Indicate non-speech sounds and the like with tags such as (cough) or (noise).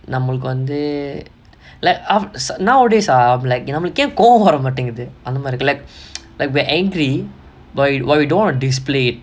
நம்மளுக்கு வந்து:nammalukku vanthu like (noise) nowadays ah like நம்மளுக்குயே கோவோ வரமாட்டிங்குது அந்த மாரி இருக்கு:nammalukkuyae kovo varamaatinguthu antha maari irukku like we're angry we don't want to display it